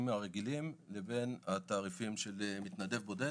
הרגילים לבין התעריפים של מתנדב בודד.